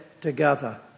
together